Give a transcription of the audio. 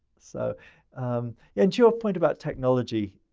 so and to your point about technology,